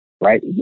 Right